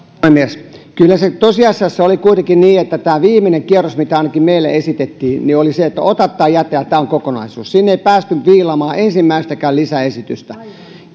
puhemies kyllä se tosiasiassa oli kuitenkin niin että tämä viimeinen kierros mitä ainakin meille esitettiin oli niin että ota tai jätä tämä on kokonaisuus siinä ei päästy viilaamaan ensimmäistäkään lisäesitystä